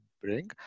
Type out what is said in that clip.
bring